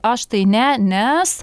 aš tai ne nes